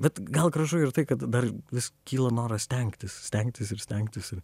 bet gal gražu ir tai kad dar vis kyla noras stengtis stengtis ir stengtis ir